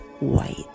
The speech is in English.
white